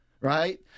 Right